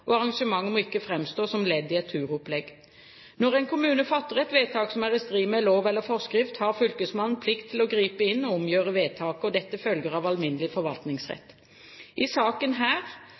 og arrangementet må ikke framstå som ledd i et turopplegg. Når en kommune fatter et vedtak som er i strid med lov eller forskrift, har fylkesmannen plikt til å gripe inn og omgjøre vedtaket. Dette følger av alminnelig forvaltningsrett. I saken her